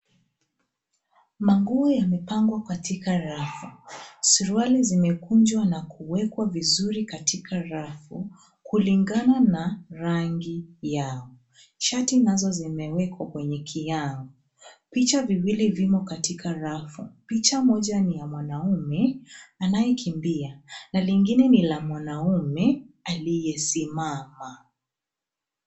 Manguo yamepangwa katika rafu. Suruali zimekunjwa na kuwekwa vizuri katika rafu kulingana na rangi yao. Shati nazo zimewekwa kwenye kiyao. Picha viwili vimo katika rafu. Picha moja ni ya mwanaume anayekimbia, na lingine ni la mwanaume aliyesimama.